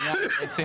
שמפרט,